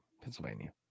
Pennsylvania